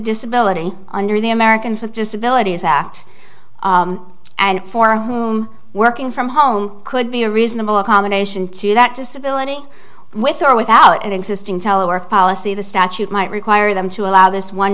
disability under the americans with disabilities act and for whom working from home could be a reasonable accommodation to that disability with or without an existing telework policy the statute might require them to allow this one